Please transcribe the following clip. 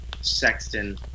Sexton –